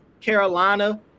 Carolina